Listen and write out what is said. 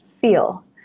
feel